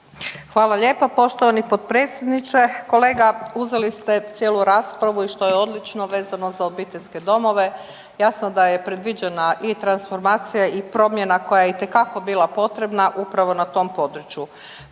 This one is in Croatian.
Hvala lijepa poštovani potpredsjedniče. Kolega uzeli ste cijelu raspravu i što je odlično vezano za obiteljske domove jasno da je predviđena i transformacija i promjena koja je itekako bila potrebna upravo na tom području.